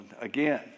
Again